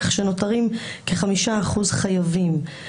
כך שנותרים כ-5% חייבים.